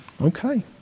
Okay